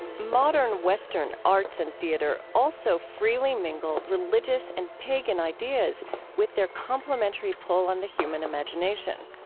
modern western arts and theater also freely mingle religious and pagan ideas with their complementary pull on the human imagination.